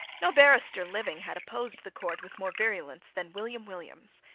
no barrister living had opposed the court with more virulence than william williams.